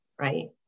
right